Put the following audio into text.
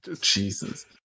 Jesus